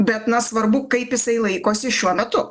bet na svarbu kaip jisai laikosi šiuo metu